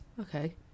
okay